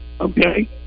Okay